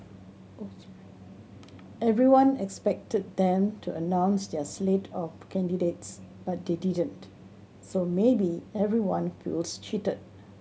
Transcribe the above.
everyone expected them to announce their slate of candidates but they didn't so maybe everyone feels cheated